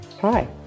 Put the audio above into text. Hi